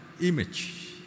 image